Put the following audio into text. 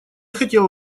хотел